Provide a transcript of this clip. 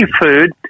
food